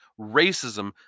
racism